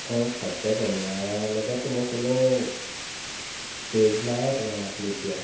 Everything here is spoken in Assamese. অঁ খাদ্য বনোৱা লগত মোৰ কোনো পেইজ নাই তোমাৰ আপলোড দিয়া